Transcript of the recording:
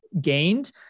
gained